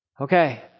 Okay